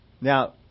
Now